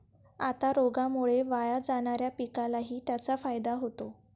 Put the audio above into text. आता रोगामुळे वाया जाणाऱ्या पिकालाही त्याचा फायदा होतो